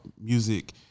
music